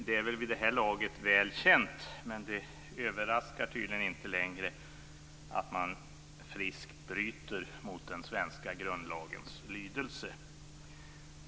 Det är vid det här laget väl känt, men det överraskar tydligen inte längre, att man friskt bryter mot den svenska grundlagens lydelse.